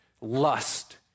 Lust